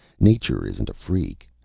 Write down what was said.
nature isn't a freak.